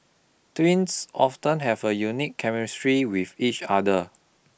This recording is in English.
twins often have a unique chemistry with each other